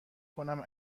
کنم